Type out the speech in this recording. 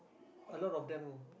a lot of them